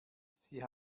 sie